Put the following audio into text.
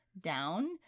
down